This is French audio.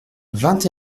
vingt